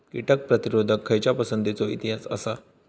कीटक प्रतिरोधक खयच्या पसंतीचो इतिहास आसा?